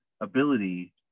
ability